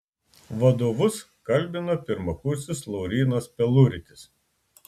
vadovus kalbina pirmakursis laurynas peluritis